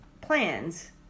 plans